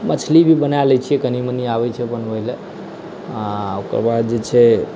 मछली भी बना लै छियै कनी मनी आबै छै बनबयला आ ओकरबाद जे छै